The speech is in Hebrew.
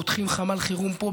פותחים חמ"ל חירום פה,